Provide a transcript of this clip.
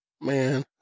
Man